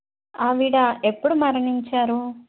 ఆవిడ ఎప్పుడు మరణించారు